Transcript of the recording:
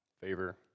favor